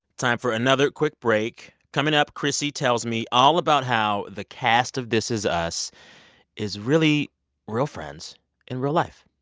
time for another quick break. coming up, chrissy tells me all about how the cast of this is us is really real friends in real life.